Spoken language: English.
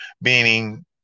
meaning